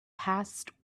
past